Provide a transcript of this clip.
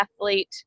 athlete